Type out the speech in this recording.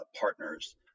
partners